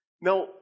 Now